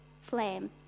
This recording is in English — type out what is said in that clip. flame